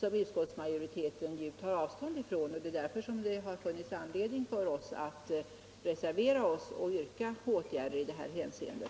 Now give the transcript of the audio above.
3 och där utskottet har avstyrkt vår motion, som gjort att vi har funnit anledning att reservera oss och yrka på åtgärder i dessa avseenden.